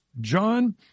John